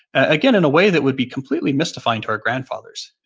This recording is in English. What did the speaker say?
again, in a way that would be completely mystifying to our grandfathers.